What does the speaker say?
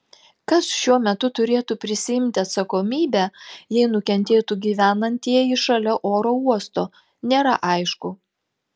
kas šiuo metu turėtų prisiimti atsakomybę jei nukentėtų gyvenantieji šalia oro uosto nėra aišku